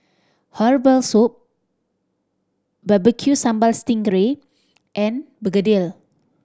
herbal soup Barbecue Sambal sting ray and begedil